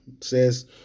Says